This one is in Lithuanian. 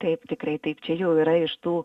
taip tikrai taip čia jau yra iš tų